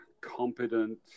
competent